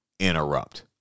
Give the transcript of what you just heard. interrupt